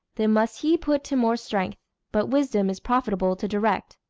then must he put to more strength but wisdom is profitable to direct.